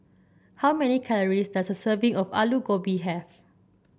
how many calories does a serving of Aloo Gobi have